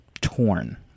Torn